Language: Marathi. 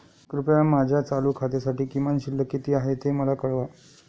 कृपया माझ्या चालू खात्यासाठी किमान शिल्लक किती आहे ते मला कळवा